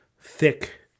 thick